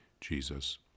Jesus